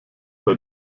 bei